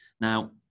Now